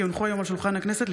כי הונחו היום על שולחן הכנסת,